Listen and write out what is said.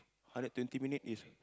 hundred twenty minute is